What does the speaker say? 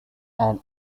and